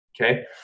Okay